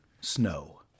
Snow